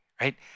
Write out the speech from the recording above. right